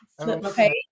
Okay